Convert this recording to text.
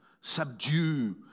subdue